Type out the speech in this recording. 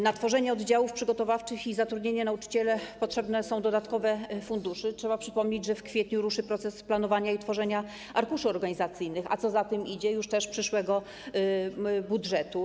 Na tworzenie oddziałów przygotowawczych i zatrudnienie nauczycieli potrzebne są dodatkowe fundusze, trzeba przypomnieć, że w kwietniu ruszy proces planowania i tworzenia arkuszy organizacyjnych, a co za tym idzie - przyszłego budżetu.